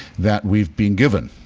that we've been given,